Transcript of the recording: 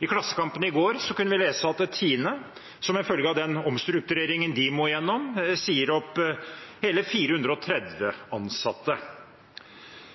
I Klassekampen i går kunne vi lese at TINE, som en følge av den omstruktureringen de må gjennom, sier opp hele 430 ansatte.